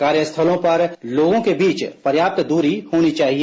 कार्य स्थलों पर लोगों के बीच पर्याप्त दूरी होनी चाहिए